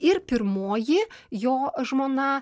ir pirmoji jo žmona